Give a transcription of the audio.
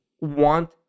want